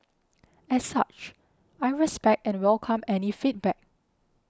as such I respect and welcome any feedback